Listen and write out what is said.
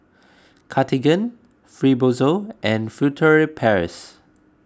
Cartigain Fibrosol and Furtere Paris